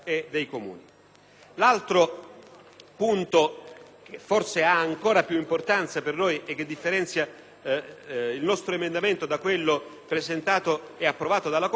L'altro punto, che forse è ancora più importante per noi e che differenzia il nostro emendamento da quello presentato e approvato dalle Commissioni